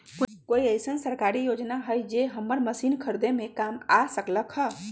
कोइ अईसन सरकारी योजना हई जे हमरा मशीन खरीदे में काम आ सकलक ह?